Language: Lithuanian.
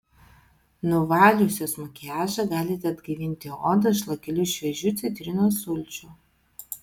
nuvaliusios makiažą galite atgaivinti odą šlakeliu šviežių citrinos sulčių